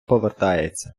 повертається